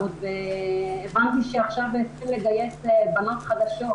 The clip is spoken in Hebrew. הבנתי שעכשיו התחילו לגייס בנות חדשות.